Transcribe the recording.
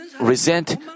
resent